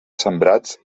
sembrats